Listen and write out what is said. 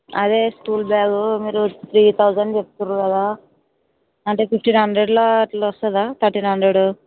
అదే school bag మీరు three thousand చెప్తుర్రు కదా అంటే ఫిఫ్టీన్ హండ్రెడ్లా అట్లా వస్తుందా థర్టీన్ హండ్రెడు